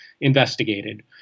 investigated